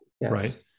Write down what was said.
Right